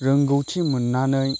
रोंगौथि मोन्नानै